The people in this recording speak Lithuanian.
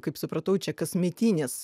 kaip supratau čia kasmetinis